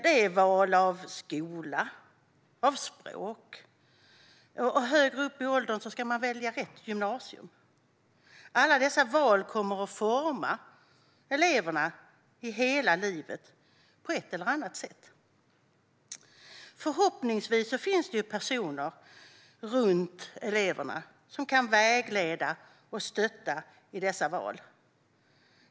Det är val av skola och språk, och högre upp i åldrarna ska man välja rätt gymnasium. Alla dessa val kommer att forma elevernas hela liv på ett eller annat sätt. Förhoppningsvis finns det personer runt eleverna som kan vägleda och stötta i dessa val.